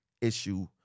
issue